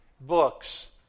books